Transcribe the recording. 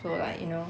so like you know